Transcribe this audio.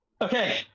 Okay